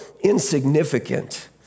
insignificant